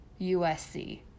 USC